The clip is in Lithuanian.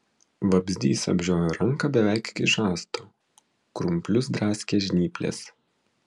vabzdys apžiojo ranką beveik iki žasto krumplius draskė žnyplės